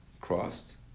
crossed